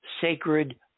sacred